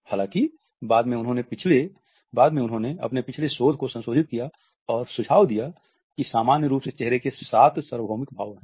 हालांकि बाद में उन्होंने अपने पिछले शोध को संशोधित किया और सुझाव दिया कि सामान्य रूप से चेहरे के सात सार्वभौमिक भाव हैं